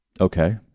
Okay